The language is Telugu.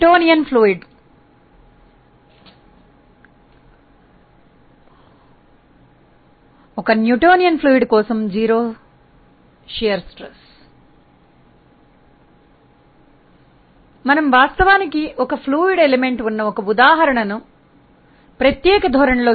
సో సంకోచం సో ఒక న్యూటోనియన్ ద్రవం కోసం జీరో షియర్ స్ట్రెస్ మనం వాస్తవానికి ఒక ద్రవ మూలకం ఉన్న ఒక ఉదాహరణను చూశాము ప్రత్యేక ధోరణి లో